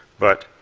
but